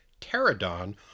Pterodon